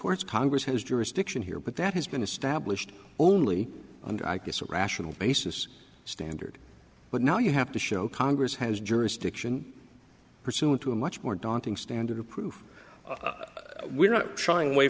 course congress has jurisdiction here but that has been established only and i guess a rational basis standard but now you have to show congress has jurisdiction pursuant to a much more daunting standard of proof we're not shying away